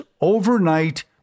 overnight